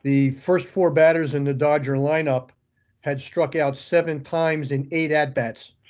the first four batters in the dodger lineup had struck out seven times in eight at bats,